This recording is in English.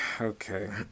okay